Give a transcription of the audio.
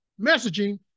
messaging